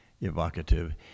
evocative